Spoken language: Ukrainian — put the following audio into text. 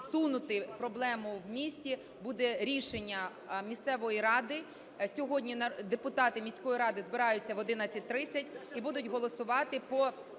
зсунути проблему в місті буде рішення місцевої ради. Сьогодні депутати міської ради збираються об 11:30 і будуть голосувати по